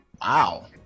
Wow